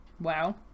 Wow